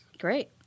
Great